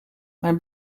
mijn